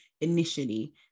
initially